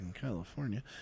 California